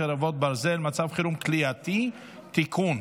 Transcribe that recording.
חרבות ברזל) (מצב חירום כליאתי) (תיקון),